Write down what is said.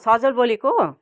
सजल बोलेको